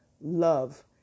love